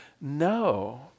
no